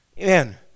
Amen